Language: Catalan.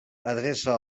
adreça